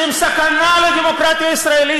שהם סכנה לדמוקרטיה הישראלית,